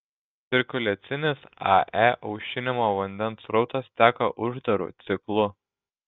cirkuliacinis ae aušinimo vandens srautas teka uždaru ciklu